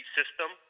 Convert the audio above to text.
system